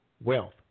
wealth